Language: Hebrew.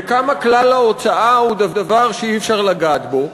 וכמה כלל ההוצאה הוא דבר שאי-אפשר לגעת בו,